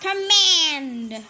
Command